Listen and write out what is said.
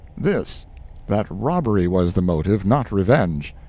this that robbery was the motive, not revenge.